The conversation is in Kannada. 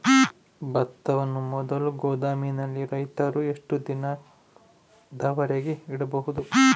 ಭತ್ತವನ್ನು ಮೊದಲು ಗೋದಾಮಿನಲ್ಲಿ ರೈತರು ಎಷ್ಟು ದಿನದವರೆಗೆ ಇಡಬಹುದು?